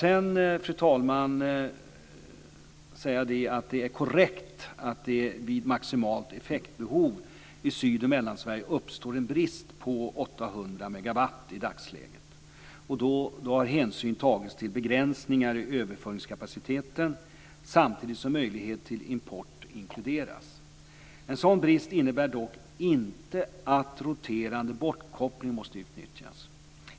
Sedan är det, fru talman, korrekt att det vid maximalt effektbehov i Syd och Mellansverige i dagsläget uppstår en brist på 800 megawatt. Då har hänsyn tagits till begränsningar i överföringskapaciteten, samtidigt som möjlighet till import inkluderas. En sådan brist innebär dock inte att roterande bortkoppling måste utnyttjas.